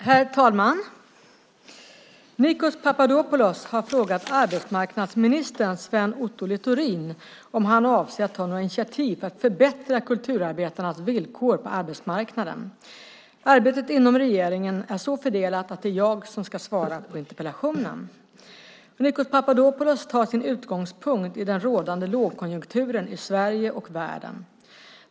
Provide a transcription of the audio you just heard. Herr talman! Nikos Papadopoulos har frågat arbetsmarknadsminister Sven Otto Littorin om han avser att ta några initiativ för att förbättra kulturarbetarnas villkor på arbetsmarknaden. Arbetet inom regeringen är så fördelat att det är jag som ska svara på interpellationen. Nikos Papadopoulos tar sin utgångspunkt i den rådande lågkonjunkturen i Sverige och världen.